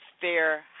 Fair